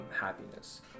happiness